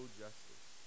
justice